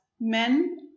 men